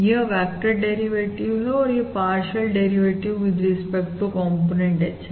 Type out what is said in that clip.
यह vector derivative है और यह partial derivative with respect to component H है